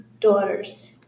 daughters